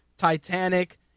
titanic